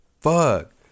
fuck